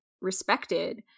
respected